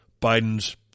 Biden's